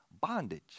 bondage